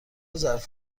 ظرف